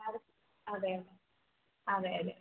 അത് അതെയതെ അതെയതെ